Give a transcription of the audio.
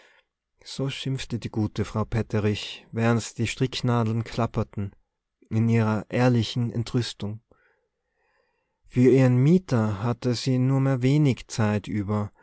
so schimpfte die gute frau petterich während die stricknadeln klapperten in ihrer ehrlichen entrüstung für ihren mieter hatte sie nur mehr wenig zeit übrig